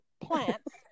plants